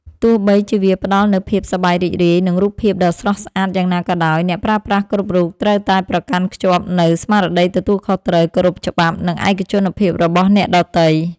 ទោះបីជាវាផ្ដល់នូវភាពសប្បាយរីករាយ និងរូបភាពដ៏ស្រស់ស្អាតយ៉ាងណាក៏ដោយ អ្នកប្រើប្រាស់គ្រប់រូបត្រូវតែប្រកាន់ខ្ជាប់នូវ ស្មារតីទទួលខុសត្រូវ គោរពច្បាប់ និងឯកជនភាពរបស់អ្នកដទៃ។